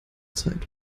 zeit